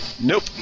Nope